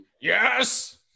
Yes